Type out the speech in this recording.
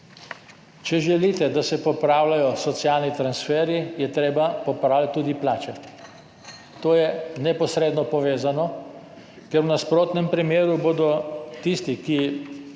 Če želite, da se popravljajo socialni transferji, je treba popravljati tudi plače, to je neposredno povezano, ker v nasprotnem primeru bodo tisti, ki